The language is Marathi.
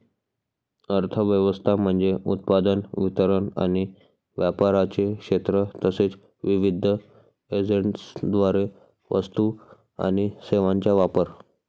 अर्थ व्यवस्था म्हणजे उत्पादन, वितरण आणि व्यापाराचे क्षेत्र तसेच विविध एजंट्सद्वारे वस्तू आणि सेवांचा वापर